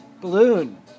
balloon